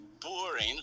Boring